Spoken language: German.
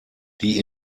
die